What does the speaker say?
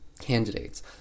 candidates